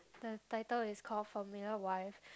the title is call Familiar Wife